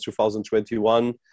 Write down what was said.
2021